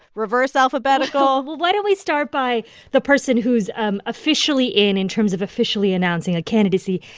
reverse alphabetical? well, why don't we start by the person who's um officially in in terms of officially announcing a candidacy?